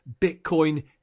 Bitcoin